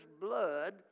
blood